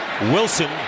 Wilson